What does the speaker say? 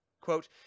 Quote